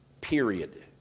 period